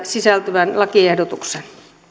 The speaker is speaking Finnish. sisältyvän lakiehdotuksen